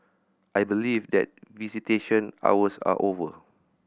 I believe that visitation hours are over